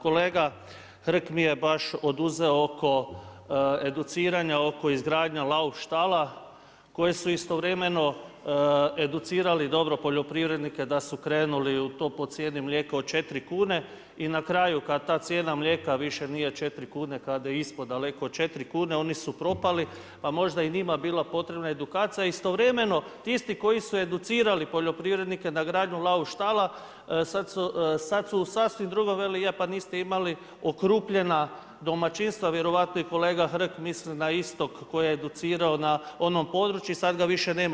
Kolega Hrg mi je baš oduzeo oko educiranja oko izgradnje lauf štala koje su istovremeno educirali dobro poljoprivrednike da su krenuli u to po cijeni mlijeka od 4 kune i na kraju kad ta cijena mlijeka više nije 4 kune, kad je ispod daleko od 4 kune, oni su propali, pa možda bi njima bila potrebna edukacija, a istovremeno ti isti koji su educirali poljoprivrednike na gradnju lauf štala, sad su u sasvim drugom, veli je pa niste imali okrupnjena domaćinstva, vjerovatno i kolega Hrg misli na istog tko je educirao na onom području i sad ga više nema.